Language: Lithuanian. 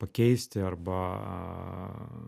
pakeisti arba